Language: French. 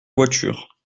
voiture